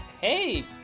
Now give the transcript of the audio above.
Hey